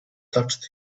touched